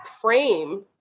frame